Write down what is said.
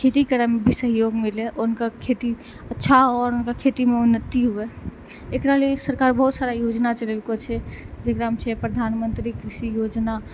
खेती करै मे भी सहयोग मिलै ऊनका खेती अच्छा आओर ऊनकर खेती मे उन्नति हुए एकरा लिए सरकार बहुत सारा योजना चलेलको छै जेकरा मे छै प्रधानमंत्री कृषि योजना